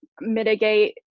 mitigate